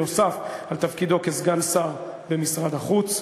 נוסף על תפקידו כסגן שר במשרד החוץ,